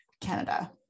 Canada